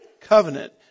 covenant